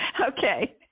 okay